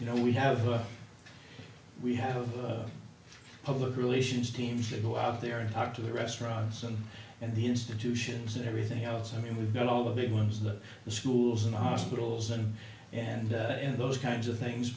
you know we have we have public relations teams that go out there and out to the restaurants and and the institutions and everything else i mean we've got all the big ones that the schools and hospitals and and in those kinds of things